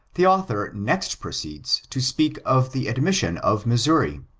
the author next proceeds to speak of the admission of missouri.